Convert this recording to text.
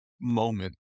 moment